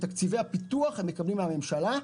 את תקציבי הפיתוח הן מקבלות מהממשלה,